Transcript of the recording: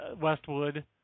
Westwood